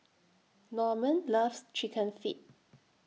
Normand loves Chicken Feet